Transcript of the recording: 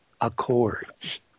Accords